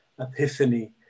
epiphany